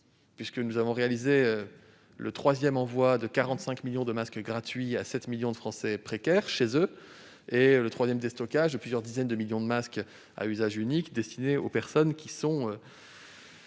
puisque nous avons réalisé le troisième envoi de 45 millions de masques gratuits à 7 millions de Français précaires et le troisième déstockage de plusieurs dizaines de millions de masques à usage unique à destination des personnes qui vivent